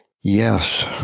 Yes